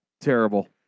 terrible